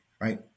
right